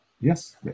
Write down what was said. Yes